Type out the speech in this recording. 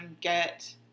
get